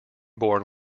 born